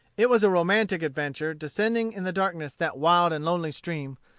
it was a romantic adventure descending in the darkness that wild and lonely stream,